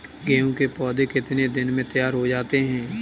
गेहूँ के पौधे कितने दिन में तैयार हो जाते हैं?